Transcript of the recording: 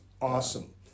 awesome